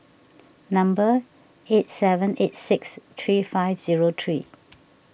number eight seven eight six three five zero three